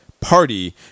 party